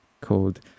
called